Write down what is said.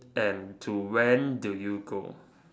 and to when do you go